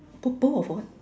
bowl bowl of what